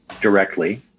directly